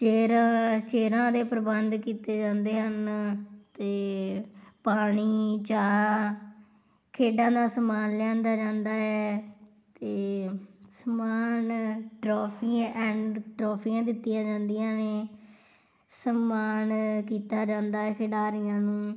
ਚੇਰਾਂ ਚੇਅਰਾਂ ਦੇ ਪ੍ਰਬੰਧ ਕੀਤੇ ਜਾਂਦੇ ਹਨ ਅਤੇ ਪਾਣੀ ਚਾਹ ਖੇਡਾਂ ਦਾ ਸਮਾਨ ਲਿਆਂਦਾ ਜਾਂਦਾ ਹੈ ਅਤੇ ਸਮਾਨ ਟਰੋਫੀ ਐਂਡ ਟਰੋਫੀਆਂ ਦਿੱਤੀਆਂ ਜਾਂਦੀਆਂ ਨੇ ਸਨਮਾਨ ਕੀਤਾ ਜਾਂਦਾ ਖਿਡਾਰੀਆਂ ਨੂੰ